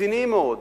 רציניים מאוד,